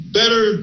better